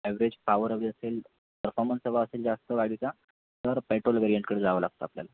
average power हवी असेल performance एवढा असेल जास्त गाडीचा तर पेट्रोल वेरियंटकडे जावं लागतं आपल्याला